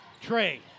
Trey